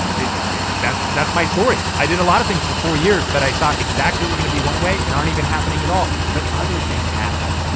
that's that's my story. i did a lot of things for four years that i thought exactly were gonna be one way and aren't even happening at all, but other things happened.